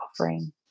offering